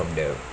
from the